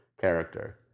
character